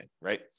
right